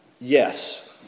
Yes